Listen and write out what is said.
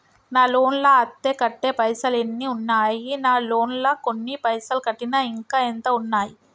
నా లోన్ లా అత్తే కట్టే పైసల్ ఎన్ని ఉన్నాయి నా లోన్ లా కొన్ని పైసల్ కట్టిన ఇంకా ఎంత ఉన్నాయి?